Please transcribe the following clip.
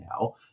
now